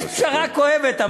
אמרת, יש פשרה כואבת.